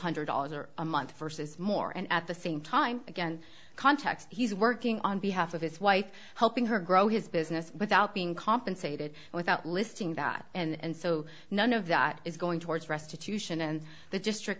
hundred dollars or a month versus more and at the same time again context he's working on behalf of his wife helping her grow his business without being compensated without listing that and so none of that is going towards restitution and the district